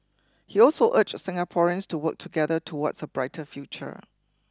he also urged Singaporeans to work together towards a brighter future